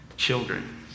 Children